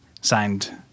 Signed